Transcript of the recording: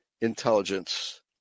intelligence